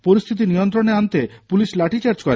পরিস্হিতি নিয়ন্ত্রণে আনতে পুলিশ লাঠিচার্জ করে